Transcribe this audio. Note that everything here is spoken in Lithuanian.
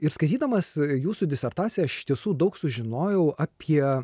ir skaitydamas jūsų disertaciją aš iš tiesų daug sužinojau apie